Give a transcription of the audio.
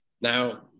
Now